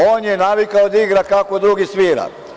On je navikao da igra kako dugi svira.